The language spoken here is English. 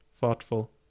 thoughtful